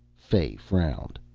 fay frowned.